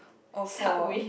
or for